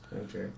Okay